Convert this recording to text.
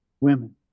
women